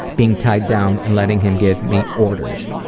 being tied down and letting him give me orders.